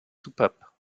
soupapes